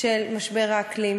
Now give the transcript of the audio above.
של משבר האקלים,